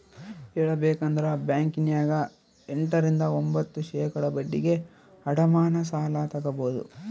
ಹೇಳಬೇಕಂದ್ರ ಬ್ಯಾಂಕಿನ್ಯಗ ಎಂಟ ರಿಂದ ಒಂಭತ್ತು ಶೇಖಡಾ ಬಡ್ಡಿಗೆ ಅಡಮಾನ ಸಾಲ ತಗಬೊದು